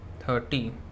thirty